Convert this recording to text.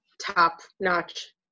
top-notch